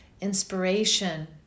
inspiration